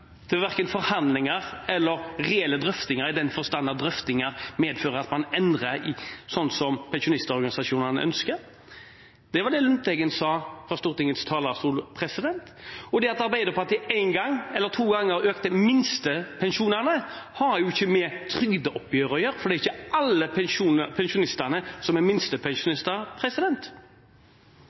verken til forhandlinger eller til reelle drøftinger, i den forstand at drøftinger medfører at man endrer det slik som pensjonistorganisasjonene ønsker. Det var det Lundteigen sa fra Stortingets talerstol. Det at Arbeiderpartiet en eller to ganger økte minstepensjonene, har jo ikke med trygdeoppgjøret å gjøre, for det er ikke alle pensjonister som er minstepensjonister.